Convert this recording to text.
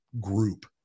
group